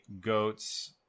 goats